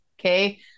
okay